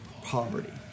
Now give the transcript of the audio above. poverty